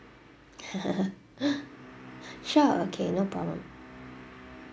sure okay no problem